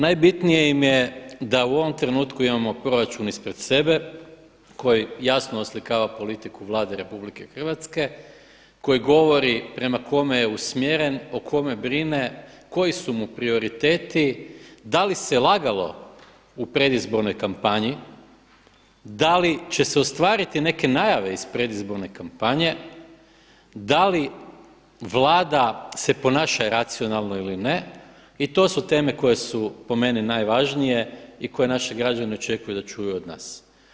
Najbitnije im je da u ovom trenutku imamo proračun ispred sebe koji jasno oslikava politiku Vlade Republike Hrvatske, koji govori prema kome je usmjeren, o kome brine, koji su mu prioriteti, da li se lagalo u predizbornoj kampanji, da li će se ostvariti neke najave iz predizborne kampanje, da li Vlada se ponaša racionalno ili ne i to su teme koje su po meni najvažnije i koje naši građani očekuju da čuju od nas.